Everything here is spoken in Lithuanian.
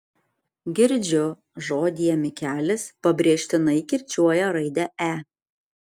girdžiu žodyje mikelis pabrėžtinai kirčiuoja raidę e